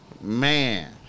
Man